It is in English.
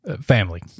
family